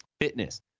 fitness